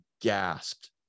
gasped